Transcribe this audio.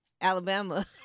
Alabama